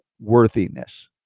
Worthiness